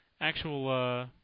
actual